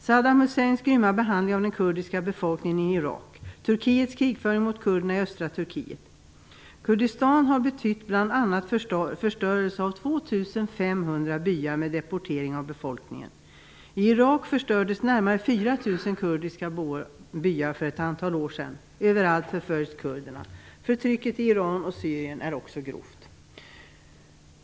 Saddam Husseins grymma behandling av den kurdiska befolkningen i Irak och Turkiets krigföring mot kurderna i östra Turkiet-Kurdistan har betytt bl.a. förstörelse av 2 500 byar och deportering av befolkningen. I Irak förstördes närmare 4 000 kurdiska byar för ett antal år sedan. Överallt förföljs kurderna. Förtrycket i Iran och Syrien är också grovt.